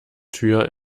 tür